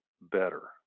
better